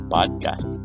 Podcast